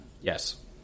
Yes